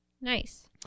Nice